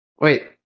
wait